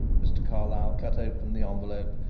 mr. carlyle cut open the envelope,